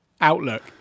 outlook